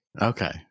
Okay